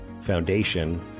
foundation